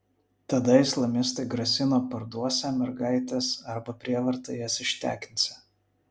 tada islamistai grasino parduosią mergaites arba prievarta jas ištekinsią